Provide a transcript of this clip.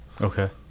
Okay